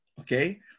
Okay